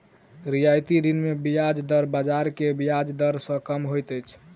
रियायती ऋण मे ब्याज दर बाजार के ब्याज दर सॅ कम होइत अछि